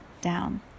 down